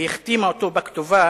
היא החתימה אותו בכתובה